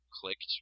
clicked